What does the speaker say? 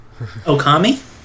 Okami